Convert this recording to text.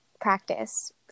practice